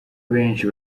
benshi